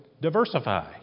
Diversify